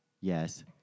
yes